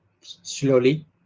Slowly